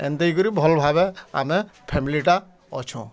ଏନ୍ତିକି କରି ଭଲ୍ ଭାବେ ଆମେ ଫ୍ୟାମିଲିଟା ଅଛୁଁ